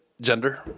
gender